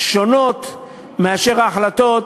שונות מההחלטות